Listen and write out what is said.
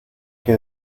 que